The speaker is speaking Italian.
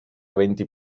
venti